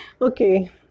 Okay